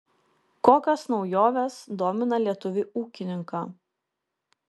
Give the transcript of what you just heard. kokios naujovės domina lietuvį ūkininką